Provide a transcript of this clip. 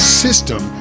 system